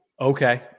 Okay